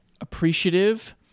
Appreciative